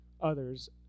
others